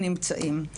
נמצאים.